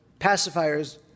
pacifiers